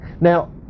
now